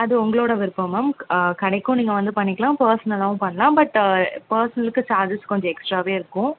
அது உங்களோடய விருப்பம் மேம் ஆ கடைக்கும் நீங்கள் வந்து பண்ணிக்கலாம் பர்சனலாகவும் பண்ணலாம் பட் பர்சனலுக்கு சார்ஜஸ் கொஞ்சம் எக்ஸ்ட்ராவே இருக்கும்